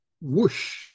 whoosh